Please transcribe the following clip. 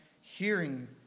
hearing